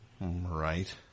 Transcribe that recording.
Right